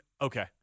Okay